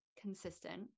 consistent